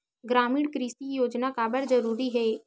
ग्रामीण कृषि योजना काबर जरूरी हे?